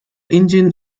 engine